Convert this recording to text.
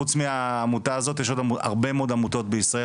חוץ מהעמותה הזאת יש עוד הרבה מאוד עמותות בישראל,